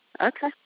Okay